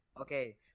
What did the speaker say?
okay